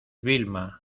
vilma